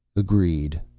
agreed,